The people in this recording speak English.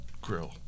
grill